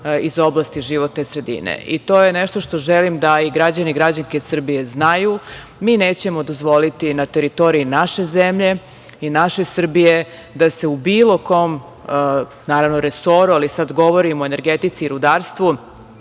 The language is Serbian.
iz oblasti životne sredine. I to je nešto što želim da i građani i građanke Srbije znaju. Mi nećemo dozvoliti na teritoriji naše zemlje i naše Srbije da se u bilo kom, naravno resoru, ali sada govorimo o energetici i rudarstvu,